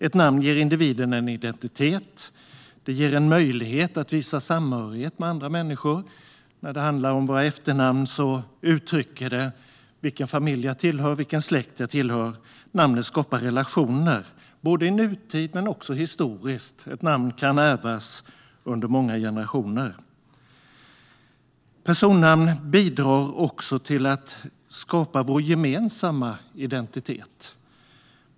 Ett namn ger individen en identitet och en möjlighet att visa samhörighet med andra människor. Våra efternamn uttrycker vilken familj och vilken släkt vi tillhör. Namnet skapar relationer både i nutid och historiskt. Ett namn kan ärvas under många generationer. Personnamn bidrar också till att skapa vår gemensamma identitet.